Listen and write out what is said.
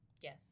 Yes